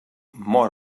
mor